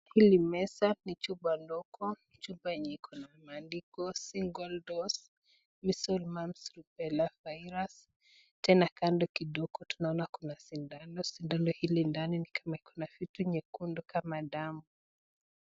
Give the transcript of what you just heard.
Hili meza ni chupa ndogo, chupa yenye iko na maandiko single dose measles, mumps, rubella virus tena kando kidogo tunaona kuna sindano, sindano hili ndani iko na vitu nyekundu kama damu.